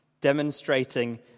demonstrating